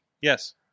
Yes